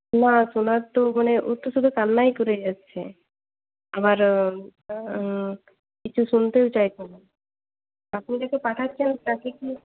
না শোনার তো মানে ও তো শুধু কান্নাই করে যাচ্ছে আবার কিছু শুনতেও চাইছে না আপনি যাকে পাঠাচ্ছেন তাকে কি ও